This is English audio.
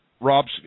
Rob's